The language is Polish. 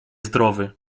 zdrowy